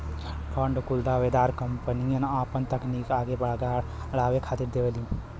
fund कुल दावेदार कंपनियन आपन तकनीक आगे अड़ावे खातिर देवलीन